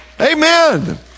Amen